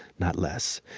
not less.